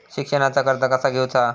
शिक्षणाचा कर्ज कसा घेऊचा हा?